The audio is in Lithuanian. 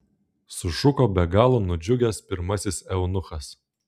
sušuko be galo nudžiugęs pirmasis eunuchas